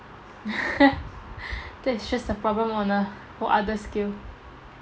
that's just a problem on a whole other scale